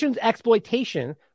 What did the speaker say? exploitation